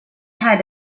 had